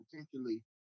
potentially